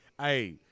Hey